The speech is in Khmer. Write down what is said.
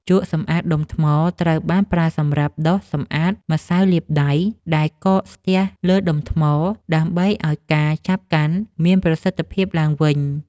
ជក់សម្អាតដុំថ្ម ត្រូវបានប្រើសម្រាប់ដុសសម្អាតម្សៅលាបដៃ ដែលកកស្ទះលើដុំថ្ម ដើម្បីឱ្យការចាប់កាន់មានប្រសិទ្ធភាពឡើងវិញ។